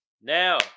Now